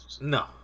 No